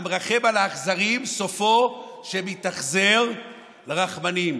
"המרחם על אכזרים סופו שיתאכזר על רחמנים".